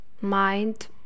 mind